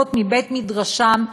היוצאות מבית-מדרשם,